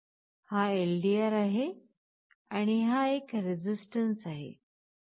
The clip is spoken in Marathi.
हा एलडीआर आहे आणि हा एक रेझिस्टन्स आहे